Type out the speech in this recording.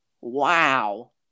Wow